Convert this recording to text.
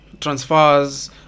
transfers